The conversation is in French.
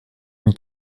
une